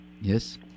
Yes